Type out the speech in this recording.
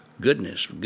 goodness